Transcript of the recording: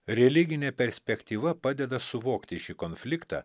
religinė perspektyva padeda suvokti šį konfliktą